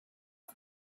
hoo